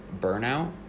burnout